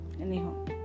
Anyhow